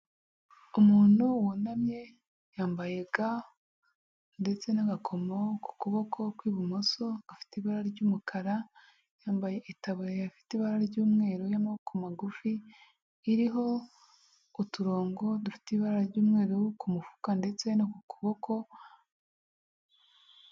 Umuntu wunamye yambaye ga ndetse n'agakomo ku kuboko kw'ibumoso gafite ibara ry'umukara, yambaye itabu ifite ibara ry'umweru y'amaboko magufi. Iriho uturongo dufite ibara ry'umweru ku mufuka ndetse no ku kuboko.